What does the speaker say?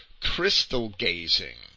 crystal-gazing